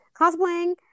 cosplaying